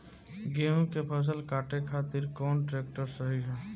गेहूँ के फसल काटे खातिर कौन ट्रैक्टर सही ह?